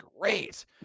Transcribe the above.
great